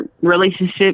relationship